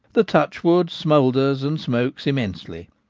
the touchwood smoulders and smokes immensely,